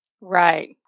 Right